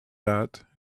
that